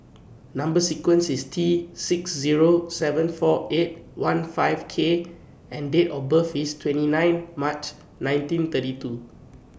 Number sequence IS T six Zero seven four eight one five K and Date of birth IS twenty nine March nineteen thirty two